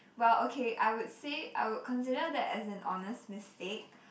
well okay I would say I would consider that as an honest mistake